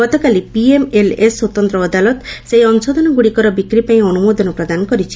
ଗତକାଲି ପିଏମଏଲଏସ ସ୍ୱତନ୍ତ୍ର ଅଦାଲତ ସେହି ଅଂଶଧନଗୁଡିକର ବିକ୍ରି ପାଇଁ ଅନୁମୋଦନ ପ୍ରଦାନ କରିଛନ୍ତି